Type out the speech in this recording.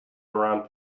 around